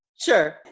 Sure